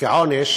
כעונש